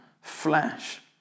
flesh